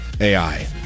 AI